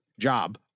job